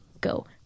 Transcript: go